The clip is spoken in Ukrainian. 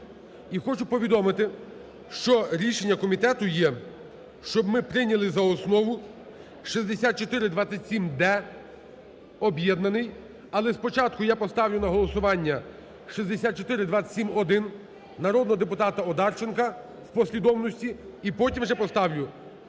І хочу повідомити, що рішення комітету є, щоб ми прийняли за основу 6427-д об'єднаний. Але спочатку я поставлю на голосування 6427-1 народного депутата Одарченка в послідовності і потім вже поставлю